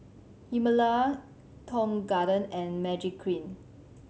Himalaya Tong Garden and Magiclean